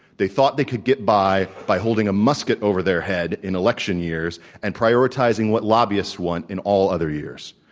they thought they could get by by holding a musket over their head in election years and prioritizing what lobbyists want in all other years.